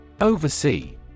Oversee